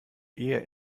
ehe